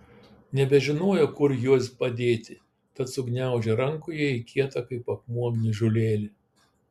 nebežinojo kur juos padėti tad sugniaužė rankoje į kietą kaip akmuo gniužulėlį